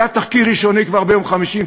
היה תחקיר ראשוני כבר ביום חמישי,